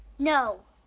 no.